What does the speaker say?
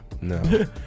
no